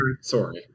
Sorry